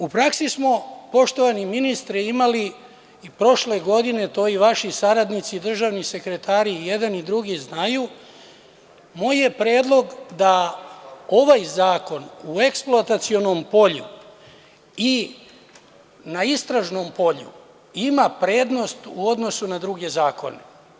U praksi smo, poštovani ministre, imali prošle godine, a to i vaši saradnici, državni sekretari i jedan i drugi znaju, moj je predlog da ovaj zakon o eksploatacionom polju i na istražnom polju ima prednost u odnosu na druge zakone.